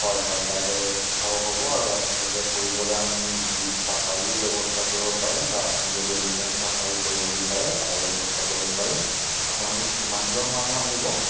হয় হয় গাইডৰ ব্যৱস্থাও হ'ব আৰু আপোনালোকে ফুৰিবলৈ আমি জীপ ছাফাৰিও ব্যৱস্থা কৰিব পাৰিম বা আপুনি যদি এলিফেণ্ট ছাফাৰি কৰিব বিচাৰে তাৰ ব্যৱস্থা কৰিব পাৰিম আপোনালোক কিমানজন মানুহ আহিব